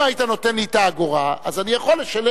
אם היית נותן לי את האגורה, אני יכול לשלם.